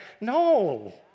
No